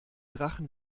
drachen